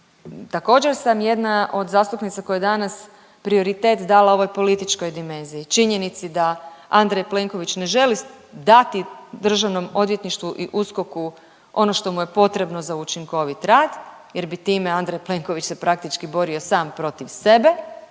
također sam jedna od zastupnica koja danas prioritet dala ovoj političkoj dimenziji, činjenici da Andrej Plenković ne želi dati državnom odvjetništvu i USKOK-u ono što mu je potrebno za učinkovit rad jer bi time Andrej Plenković se praktički borio sam protiv sebe,